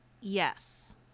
Yes